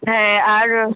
হ্যাঁ আর